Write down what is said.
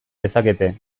dezakete